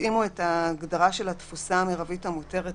התאימו את ההגדרה של התפוסה המרבית המותרת